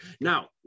Now